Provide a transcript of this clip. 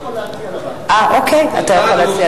אוקיי, אתה יכול.